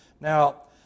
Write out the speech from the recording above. Now